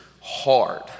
hard